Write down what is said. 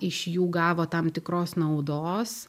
iš jų gavo tam tikros naudos